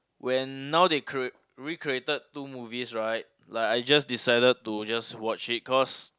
when now they cre~ recreated two movies right like I just decided to just watch it cause